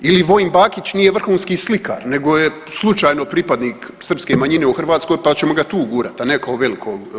Ili Vojin Bakić nije vrhunski slikar, nego je slučajno pripadnik srpske manjine u Hrvatskoj, pa ćemo ga tu ugurati a ne kao velikog.